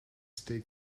stay